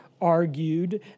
argued